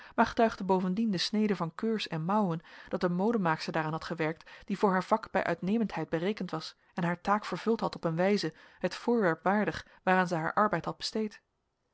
maar getuigde bovendien de snede van keurs en mouwen dat een modemaakster daaraan had gewerkt die voor haar vak bij uitnemendheid berekend was en haar taak vervuld had op een wijze het voorwerp waardig waaraan zij haar arbeid had besteed